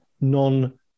non